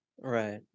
Right